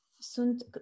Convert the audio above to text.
Sunt